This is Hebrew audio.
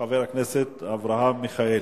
חבר הכנסת אברהם מיכאלי,